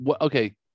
okay